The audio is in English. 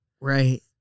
Right